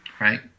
Right